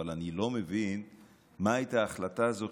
אבל אני לא מבין מה הייתה ההחלטה הזאת